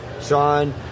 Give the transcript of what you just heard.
Sean